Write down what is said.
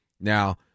Now